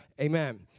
Amen